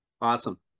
Awesome